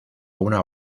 una